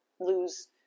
lose